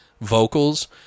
vocals